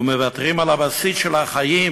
ומוותרים על הבסיס של החיים,